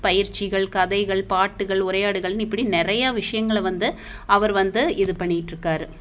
பயிற்சிகள் கதைகள் பாட்டுகள் உரையாடுகள்னு இப்படி நிறையா விஷயங்கள வந்து அவர் வந்து இது பண்ணிகிட்டு இருக்கார்